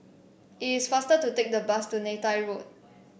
It is faster to take the bus to Neythai Road